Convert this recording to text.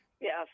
Yes